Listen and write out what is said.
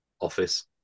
office